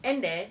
and there